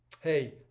hey